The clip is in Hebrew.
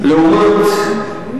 ביקושים.